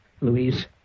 Louise